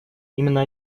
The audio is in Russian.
именно